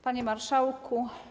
Panie Marszałku!